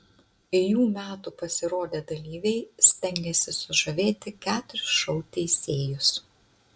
jų metų pasirodę dalyviai stengėsi sužavėti keturis šou teisėjus